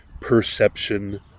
perception